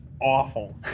Awful